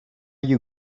you